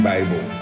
Bible